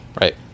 Right